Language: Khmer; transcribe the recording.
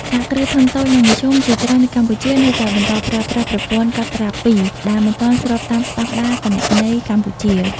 សហគ្រាសធុនតូច និងមធ្យម ជាច្រើននៅកម្ពុជានៅតែបន្តប្រើប្រាស់ "ប្រព័ន្ធកត់ត្រាពីរ" ដែលមិនទាន់ស្របតាមស្ដង់ដារគណនេយ្យកម្ពុជា ។